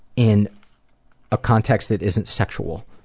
in a context that isn't sexual.